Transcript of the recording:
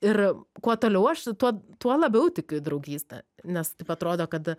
ir kuo toliau aš tuo tuo labiau tikiu draugyste nes taip atrodo kad